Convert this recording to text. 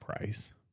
price